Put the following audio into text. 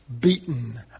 beaten